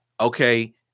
Okay